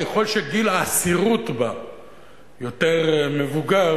ככל שגיל האסירות בה יותר מבוגר,